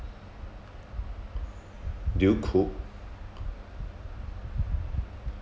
do you cook